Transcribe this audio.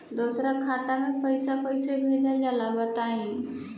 दोसरा खाता में पईसा कइसे भेजल जाला बताई?